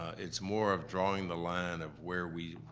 it's more of drawing the line of where we,